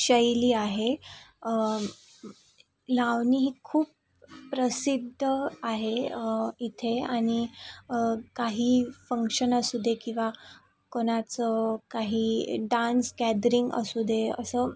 शैली आहे लावणी ही खूप प्रसिद्ध आहे इथे आणि काही फंक्शन असू दे किंवा कोणाचं काही डांस गॅदरिंग असू दे असं